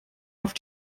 auf